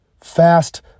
Fast